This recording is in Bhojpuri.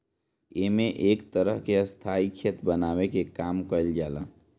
एमे एक तरह के स्थाई खेत बनावे के काम कईल जाला